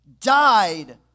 died